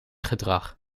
gedrag